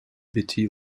betty